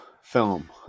film